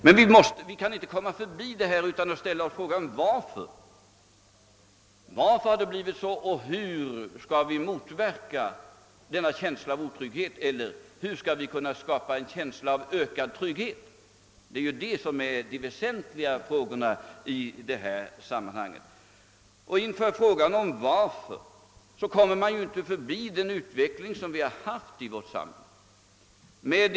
Men vi måste också ställa oss frågan varför det blivit som det nu är och hur vi skall kunna motverka känslan av otrygghet eller skapa en känsla av ökad trygghet. Detta är ju det väsentliga i detta sammanhang. Inför frågan varför utvecklingen går i denna riktning kommer man inte förbi det tidigare skeendet i vårt samhälle.